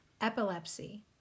epilepsy